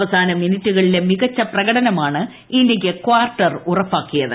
അവസാന മിനിട്ടുകളിലെ മികച്ച പ്രകടനുമാണ് ഇന്ത്യയ്ക്ക് കാർട്ടർ ഉറപ്പാക്കിത്